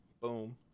Boom